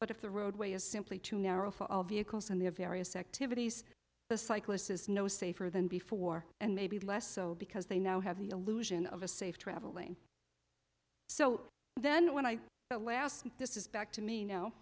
but if the roadway is simply too narrow for vehicles and their various activities the cyclist is no safer than before and maybe less so because they now have the illusion of a safe travelling so then when i last this is back to me